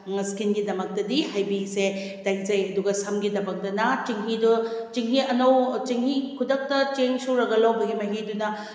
ꯏꯁꯀꯤꯟꯒꯤꯗꯃꯛꯇꯗꯤ ꯍꯩꯕꯤꯁꯦ ꯇꯩꯖꯩ ꯑꯗꯨꯒ ꯁꯝꯒꯤꯗꯃꯛꯇꯅ ꯆꯦꯡꯍꯤꯗꯣ ꯆꯦꯡꯍꯤ ꯑꯅꯧ ꯆꯦꯡꯍꯤ ꯈꯨꯗꯛꯇ ꯆꯦꯡ ꯁꯨꯔꯒ ꯂꯧꯕꯒꯤ ꯃꯍꯤꯗꯨꯅ